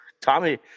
Tommy